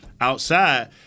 outside